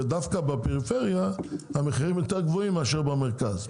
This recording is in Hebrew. ודווקא בפריפריה המחירים יותר גבוהים מאשר במרכז.